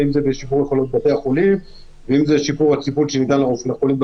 בשיפור יכולות בתי החולים ובשיפור הטיפול שניתן לחולים בקהילה.